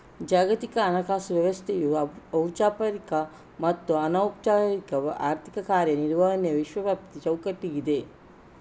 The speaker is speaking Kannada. ಜಾಗತಿಕ ಹಣಕಾಸು ವ್ಯವಸ್ಥೆಯು ಔಪಚಾರಿಕ ಮತ್ತು ಅನೌಪಚಾರಿಕ ಆರ್ಥಿಕ ಕಾರ್ಯ ನಿರ್ವಹಣೆಯ ವಿಶ್ವವ್ಯಾಪಿ ಚೌಕಟ್ಟಾಗಿದೆ